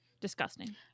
disgusting